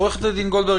עו"ד גולדברג,